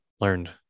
learned